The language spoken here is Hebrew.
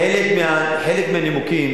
חלק מהנימוקים